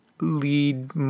lead